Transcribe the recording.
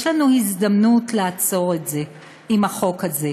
יש לנו הזדמנות לעצור את זה עם החוק הזה.